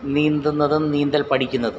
നീന്തുന്നതും നീന്തൽ പഠിക്കുന്നതും